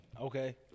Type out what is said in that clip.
Okay